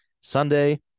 Sunday